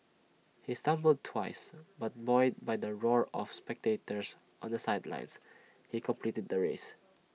he stumbled twice but buoyed by the roar of spectators on the sidelines he completed the race